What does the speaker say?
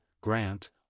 grant